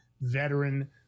veteran